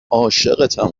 عاشقتم